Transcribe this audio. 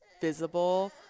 visible